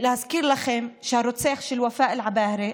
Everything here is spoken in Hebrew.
אזכיר לכם שהרוצח של ופאא עבאהרה,